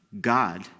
God